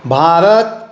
Bharat